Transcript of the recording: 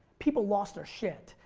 people lost their shit.